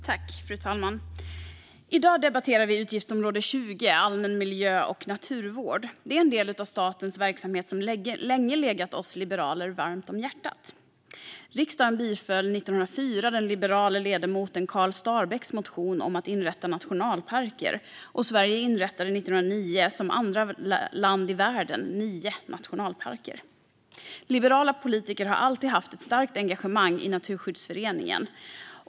Fru talman! I dag debatterar vi utgiftsområde 20 Allmän miljö och naturvård. Det är en del av statens verksamhet som länge legat oss liberaler varmt om hjärtat. Riksdagen biföll 1904 den liberale ledamoten Karl Starbäcks motion om att inrätta nationalparker, och Sverige inrättade 1909 som andra land i världen nio nationalparker. Liberala politiker har alltid haft ett starkt engagemang i Naturskyddsföreningen.